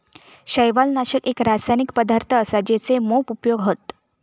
शैवालनाशक एक रासायनिक पदार्थ असा जेचे मोप उपयोग हत